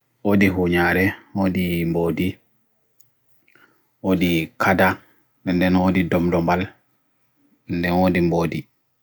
odi honyare, odi bodi, odi kada, dan dan odi domdombal, dan dan odi bodi.